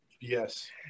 Yes